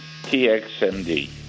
TXMD